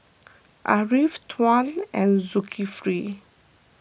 Ariff Tuah and Zulkifli